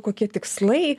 kokie tikslai